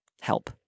Help